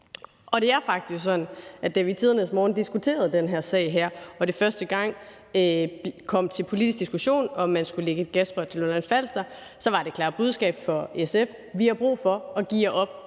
Det er faktisk sådan, at da vi i tidernes morgen diskuterede den her sag og det første gang kom til politisk diskussion, om man skulle lægge et gasrør til Lolland-Falster, så var det klare budskab fra SF: Vi har brug for at geare op